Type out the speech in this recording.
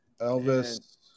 Elvis